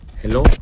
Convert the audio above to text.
Hello